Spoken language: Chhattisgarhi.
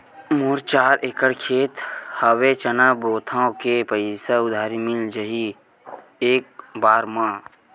मोर चार एकड़ खेत हवे चना बोथव के पईसा उधारी मिल जाही एक बार मा?